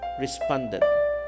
responded